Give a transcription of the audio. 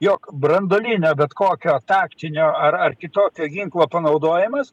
jog branduolinio bet kokio taktinio ar ar kitokio ginklo panaudojimas